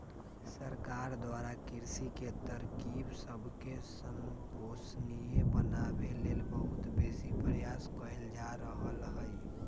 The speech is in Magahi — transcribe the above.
सरकार द्वारा कृषि के तरकिब सबके संपोषणीय बनाबे लेल बहुत बेशी प्रयास कएल जा रहल हइ